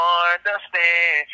understand